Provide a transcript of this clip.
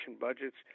budgets